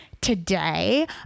Today